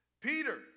Peter